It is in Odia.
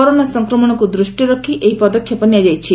କରୋନା ସଂକ୍ରମଣକୁ ଦୃଷ୍ଟିରେ ରଖି ଏହି ପଦକ୍ଷେପ ନିଆଯାଇଛି